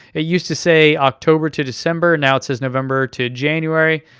it used to say october to december, now it says november to january.